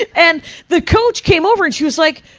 and and the coach came over and she was like,